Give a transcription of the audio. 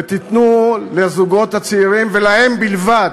ותיתנו לזוגות הצעירים, ולהם בלבד,